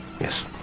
Yes